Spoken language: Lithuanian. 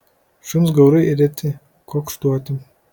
šuns gaurai reti kuokštuoti